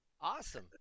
Awesome